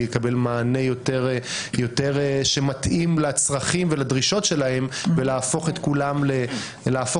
מלקבל מענה שמתאים יותר לצרכים ולדרישות שלהם ולהפוך את הממשלה